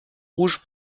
rouge